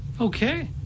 okay